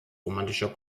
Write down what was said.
romantischer